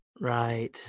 Right